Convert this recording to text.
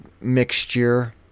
mixture